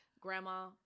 Grandma